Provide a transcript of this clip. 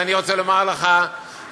אז אני רוצה לומר לך שמבחינתי,